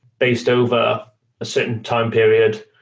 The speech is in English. based over certain time period,